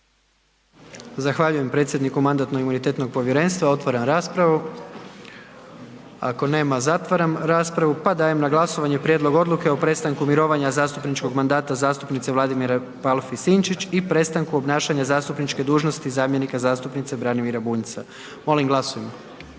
Zahvaljujem predsjedniku Mandatno-imunitetnog povjerenstva, otvaram raspravu. Ako nema zatvaram raspravu, pa dajem na glasovanje prijedlog odluke o prestanku mirovanja zastupničkog mandata zastupnice Vladimire Palfi Sinčić i prestanku obnašanja zastupničke dužnosti zamjenika zastupnice Branimira Bunjca. Molim glasujmo.